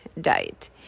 diet